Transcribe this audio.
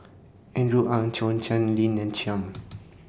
Andrew Ang Zhou Chan Lina Chiam